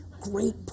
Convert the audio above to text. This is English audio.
great